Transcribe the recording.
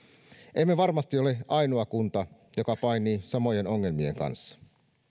emme varmasti ole ainoa kunta joka painii samojen ongelmien kanssa